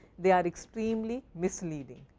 they are extremely misleading.